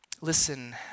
Listen